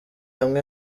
hamwe